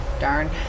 Darn